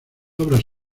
obras